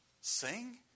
sing